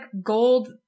gold